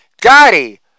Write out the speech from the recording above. Daddy